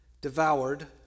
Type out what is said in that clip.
devoured